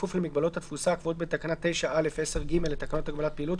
בכפוף למגבלות התפוסה הקבועות בתקנה 9(א)(10ג) לתקנות הגבלת פעילות,